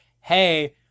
hey